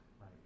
right